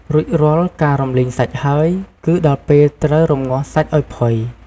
រួចរាល់ការរំលីងសាច់ហើយ គឺដល់ពេលត្រូវ រម្ងាស់សាច់ឱ្យផុយ។